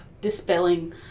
dispelling